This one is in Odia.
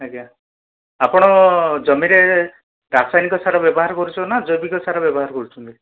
ଆଜ୍ଞା ଆପଣ ଜମିରେ ରାସାୟନିକ ସାର ବ୍ୟବହାର କରୁଛ ନା ଜୈବିକ ସାର ବ୍ୟବହାର କରୁଛନ୍ତି